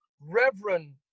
Reverend